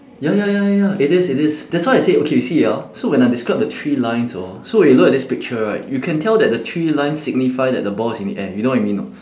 ya ya ya ya ya it is it is that's why I say okay you see ah so when I describe the three lines hor so when you look at this picture right you can tell that the three lines signify that the ball is in the air you know what I mean or not